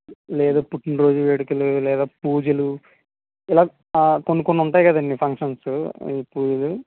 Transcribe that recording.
లేదు పుట్టిన రోజు వేడుకలు లేదా పూజలు ఇలా కొన్ని కొన్ని ఉంటాయి కదండీ ఫంక్షన్సు ఈ పూజలు